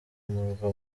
murwa